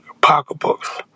pocketbooks